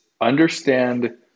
understand